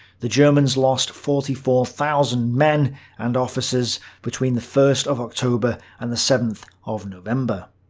the germans lost forty four thousand men and officers between the first of october and the seventh of november.